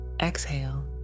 Exhale